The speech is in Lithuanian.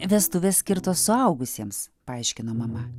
vestuvės skirtos suaugusiems paaiškino mama